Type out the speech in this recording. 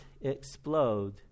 explode